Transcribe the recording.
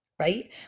right